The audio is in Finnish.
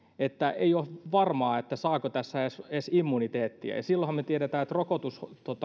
että ei ole varmaa saako tässä edes immuniteettia ja ja silloinhan me tiedämme että rokotuskehitys